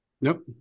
Nope